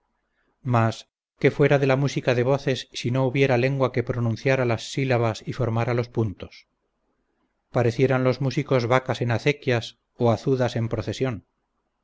mas qué fuera de la música de voces si no hubiera lengua que pronunciara las silabas y formara los puntos parecieran los músicos vacas en acequias o azudas en procesión